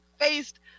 faced